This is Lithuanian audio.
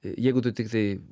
jeigu tu tiktai